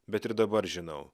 bet ir dabar žinau